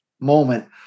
moment